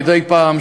מדי פעם,